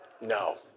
no